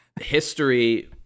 history